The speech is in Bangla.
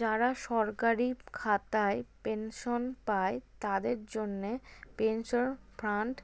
যারা সরকারি খাতায় পেনশন পায়, তাদের জন্যে পেনশন ফান্ড